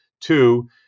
Two